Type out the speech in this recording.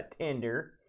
tender